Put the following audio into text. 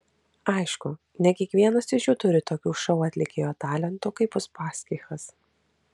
aišku ne kiekvienas iš jų turi tokių šou atlikėjo talentų kaip uspaskichas